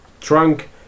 trunk